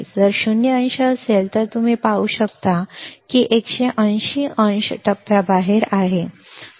जर हे 0 अंश असेल तर तुम्ही हे पाहू शकता की 180 अंश टप्प्याबाहेर आहे